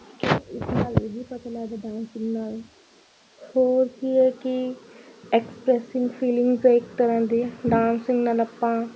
ਅਤੇ ਇਸ ਨਾਲ ਇਹ ਵੀ ਪਤਾ ਲੱਗਦਾ ਡਾਂਸ ਕਿੰਨਾ ਹੋਰ ਕੀ ਹੈ ਕਿ ਐਕਸਪ੍ਰੈਸਿੰਗ ਫੀਲਿੰਗਸ ਇੱਕ ਤਰ੍ਹਾਂ ਦੀ ਡਾਂਸਿੰਗ ਨਾਲ ਆਪਾਂ